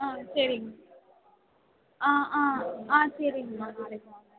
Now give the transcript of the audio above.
ஆ சரிங்க ஆ ஆ ஆ சரிங்கமா நாளைக்கு வாங்க